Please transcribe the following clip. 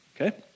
okay